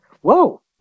Whoa